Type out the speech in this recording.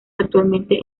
actualmente